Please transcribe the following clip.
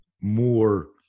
more